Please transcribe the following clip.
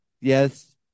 Yes